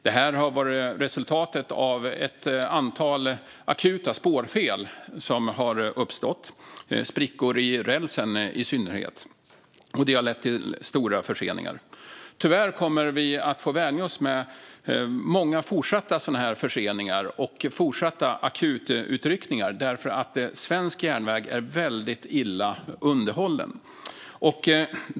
Detta har varit resultatet av ett antal akuta spårfel som uppstått, i synnerhet sprickor i rälsen, och lett till stora förseningar. Tyvärr kommer vi att få vänja oss vid många fortsatta förseningar och akututryckningar. Svensk järnväg är nämligen väldigt illa underhållen.